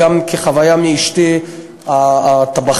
גם כחוויה מאשתי הטבחית,